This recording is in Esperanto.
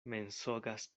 mensogas